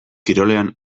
kirolean